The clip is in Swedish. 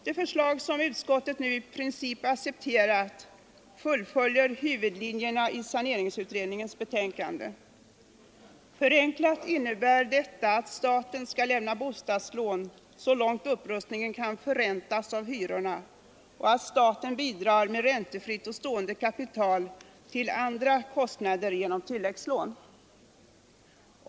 De förslag som utskottet nu i princip accepterat fullföljer huvudlinjerna i saneringsutredningens betänkande. Förenklat innebär detta att staten skall lämna bostadslån så långt upprustningen kan förräntas av hyrorna och att staten bidrar med räntefritt och stående kapital till andra kostnader genom tilläggslån.